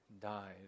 died